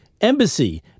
embassy